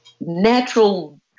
natural